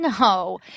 no